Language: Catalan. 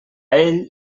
ell